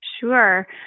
Sure